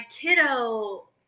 kiddo